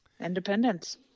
Independence